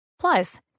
Plus